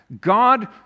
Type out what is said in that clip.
God